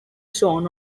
zone